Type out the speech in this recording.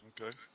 okay